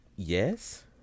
Yes